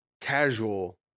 casual